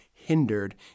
Hindered